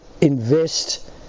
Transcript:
invest